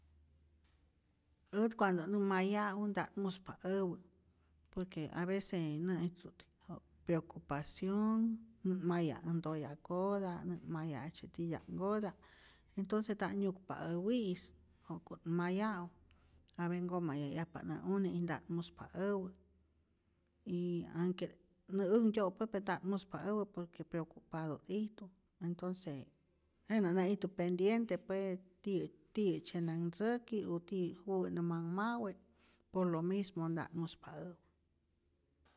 Ät cuando't nä maya'u nta't muspa äwä, por que avece nä'ijtu't jok preocupacion, nä't maya' äj ntoyakota', nä't maya' jejtzye titya'mkota', intonce nta't nyukpa äwi'i, jo'ku't maya'u, tambien nkoma'yajyajpa't ä une' y ta't muspa äwä, y anhke't nä änhtyo' pue pe nta't muspa äwä por que preocupata't ijtu, entonce jenä't nä'ijtu pendiente pues, ti' tiyä'tzye nänh ntzäki o tiyä't juwä nä manh mawe' por lo mismo nta't muspa äwä.